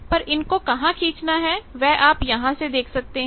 पर इनको कहां खींचना है वह आप यहां से देख सकते हैं